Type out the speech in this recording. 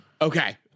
okay